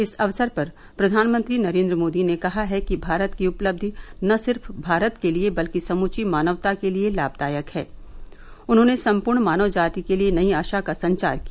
इस अवसर पर प्रधानमंत्री नरेन्द्र मोदी ने कहा है कि भारत की उपलब्धि न सिर्फ भारत के लिए बल्कि समूची मानवता के लिए लाभदायक है उन्होंने सम्पूर्ण मानव जाति के लिए नई आशा का संचार किया